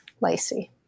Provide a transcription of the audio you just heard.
Lacey